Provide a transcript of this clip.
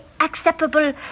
acceptable